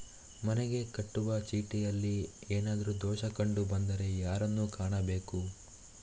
ಮನೆಗೆ ಕಟ್ಟುವ ಚೀಟಿಯಲ್ಲಿ ಏನಾದ್ರು ದೋಷ ಕಂಡು ಬಂದರೆ ಯಾರನ್ನು ಕಾಣಬೇಕು?